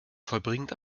vollbringt